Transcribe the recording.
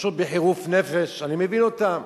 פשוט בחירוף נפש, אני מבין אותם.